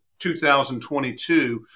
2022